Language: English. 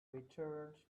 returned